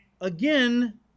again